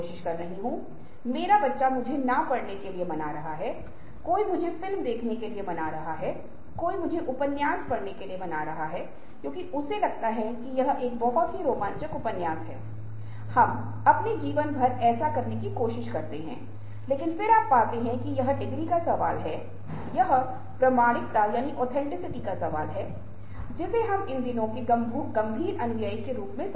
फिर उस मामले में आप कम भावनात्मक बुद्धि रखते हैं और क्योंकि हमने उल्लेख किया है कि एक बार जब आप भावनात्मक रूप से बुद्धिमान होते हैं तो यह स्वतः ही आपके संज्ञान को प्रभावित करेगा और अनुभूति से जुड़ेंगा